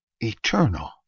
Eternal